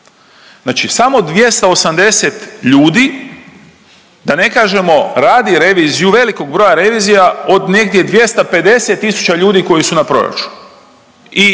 Znači samo 280 ljudi, da ne kažemo radi reviziju velikog broja revizija od negdje 250 000 ljudi koji su na proračunu